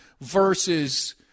versus